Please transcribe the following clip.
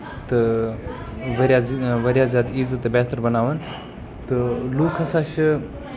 تہٕ تہٕ واریاہ واریاہ زیادٕ ایزی تہٕ بہتر بَناوان تہٕ لُکھ ہسا چھِ